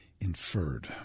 Inferred